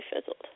fizzled